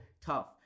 tough